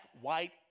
white